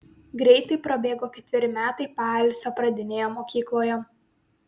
greitai prabėgo ketveri metai paalsio pradinėje mokykloje